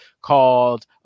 called